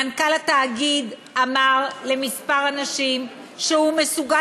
מנכ"ל התאגיד אמר לכמה אנשים שהוא מסוגל